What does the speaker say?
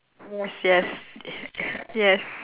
yes yes yes